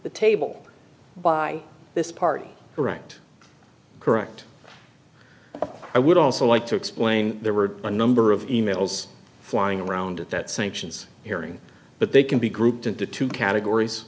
the table by this party correct correct i would also like to explain there were a number of e mails flying around at that sanctions hearing but they can be grouped into two categories